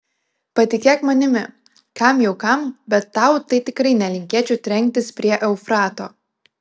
patikėk manimi kam jau kam bet tau tai tikrai nelinkėčiau trenktis prie eufrato